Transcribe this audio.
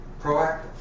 Proactive